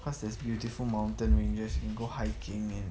cause there's beautiful mountain ranges you can go hiking and